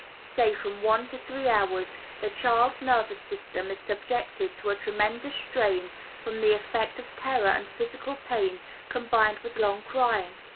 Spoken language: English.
say from one to three hours, the child's nervous system is subjected to a tremendous strain from the effect of terror and physical pain combined with long crying.